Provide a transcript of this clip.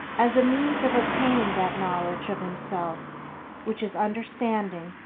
as a means of obtaining that knowledge of himself which is understanding,